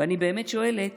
ואני באמת שואלת